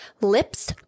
lips